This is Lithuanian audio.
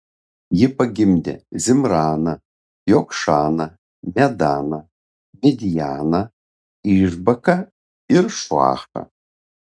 ji pagimdė zimraną jokšaną medaną midjaną išbaką ir šuachą